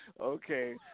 Okay